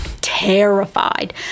terrified